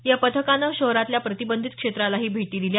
या पथकानं शहरातल्या प्रतिबंधित क्षेत्रालाही भेटी दिल्या